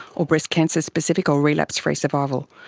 or breast cancer specific or relapse-free survival.